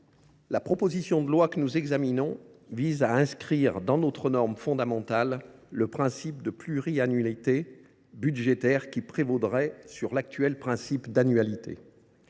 loi constitutionnelle que nous examinons vise à inscrire dans notre norme fondamentale le principe de pluriannualité budgétaire, qui prévaudrait sur l’actuel principe d’annualité.